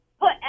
put